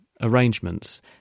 arrangements